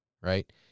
right